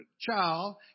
child